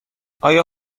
آیا